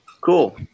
cool